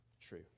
true